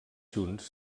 junts